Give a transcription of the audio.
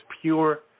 pure